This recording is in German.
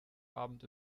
abend